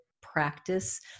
practice